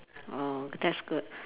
oh that's good